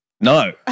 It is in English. No